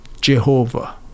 Jehovah